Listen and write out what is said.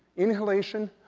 inhalation